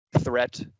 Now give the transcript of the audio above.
threat